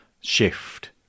shift